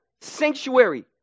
sanctuary